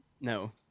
No